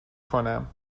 کنم